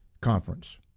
conference